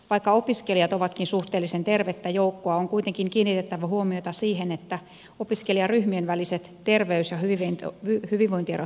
vaikka opiskelijat ovatkin suhteellisen tervettä joukkoa on kuitenkin kiinnitettävä huomiota siihen että opiskelijaryhmien väliset terveys ja hyvinvointierot kasvavat